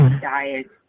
diet